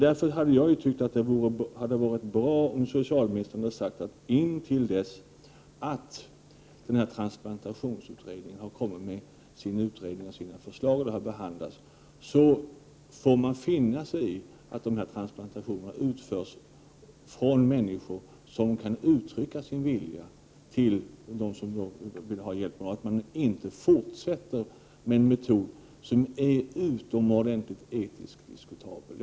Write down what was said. Därför hade det varit bra om socialministern hade sagt att man, in till dess att transplantationsutredningen framlagt sitt betänkande och sina förslag och det har behandlats, får finna sig i att dessa transplantationer utförs från människor som kan uttrycka sin vilja och att man inte fortsätter med en metod som etiskt sett är utomordentligt diskutabel.